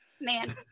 man